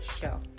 show